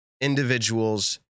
individuals